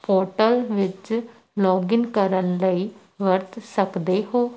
portal ਵਿੱਚ login ਕਰਨ ਲਈ ਵਰਤ ਸਕਦੇ ਹੋ